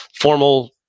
formal